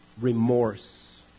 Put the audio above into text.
remorse